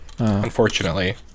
Unfortunately